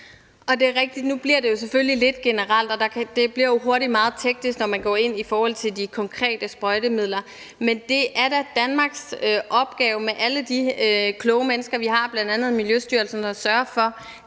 at det nu selvfølgelig bliver lidt generelt, og at det hurtigt bliver meget teknisk, når man går ind i forhold til de konkrete sprøjtemidler, men det er da Danmarks opgave med alle de kloge mennesker, vi har, bl.a. i Miljøstyrelsen, at sørge for,